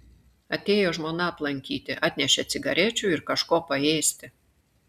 atėjo žmona aplankyti atnešė cigarečių ir kažko paėsti